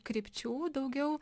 krypčių daugiau